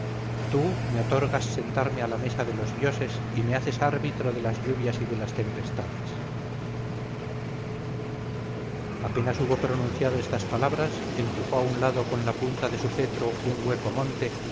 tú me otorgas sentarme a la mesa de los dioses y me haces árbitro de las lluvias y de las tempestades apenas hubo pronunciado estas palabras empujó a un lado con la punta de su cetro un hueco monte